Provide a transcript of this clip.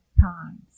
times